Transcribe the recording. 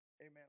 Amen